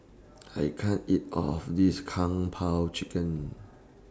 I can't eat All of This Kung Po Chicken